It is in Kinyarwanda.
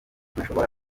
ntashobora